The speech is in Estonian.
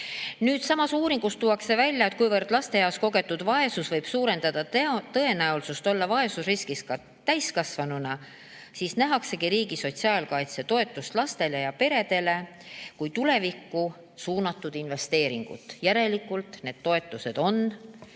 Samas uuringus tuuakse välja, et kuivõrd lapseeas kogetud vaesus võib suurendada tõenäosust olla vaesusriskis ka täiskasvanuna, siis nähaksegi riigi sotsiaalkaitsetoetust lastele ja peredele kui tulevikku suunatud investeeringut, järelikult need toetused on